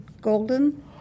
Golden